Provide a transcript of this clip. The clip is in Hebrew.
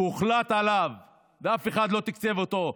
שהוחלט עליו ואף אחד לא תקצב אותו,